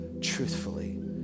truthfully